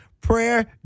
prayer